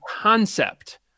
concept